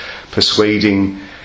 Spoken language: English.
persuading